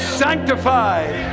sanctified